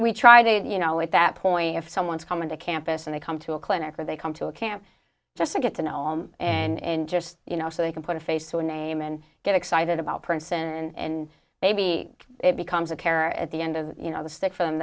we tried it you know at that point if someone is coming to campus and they come to a clinic or they come to a camp just to get to know and just you know so they can put a face to a name and get excited about prince and maybe it becomes a care at the end of the stick for them